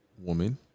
woman